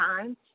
time